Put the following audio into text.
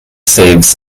saves